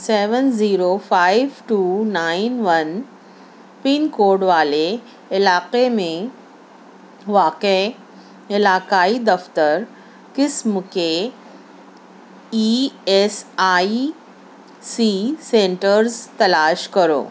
seven zero five two nine one pin code والے علاقے میں واقع علاقائی دفتر قسم کے E S I C centres تلاش کرو